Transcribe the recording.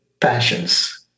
passions